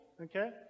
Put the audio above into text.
okay